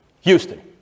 Houston